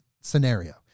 scenario